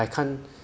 I can't